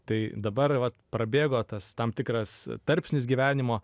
tai dabar va prabėgo tas tam tikras tarpsnis gyvenimo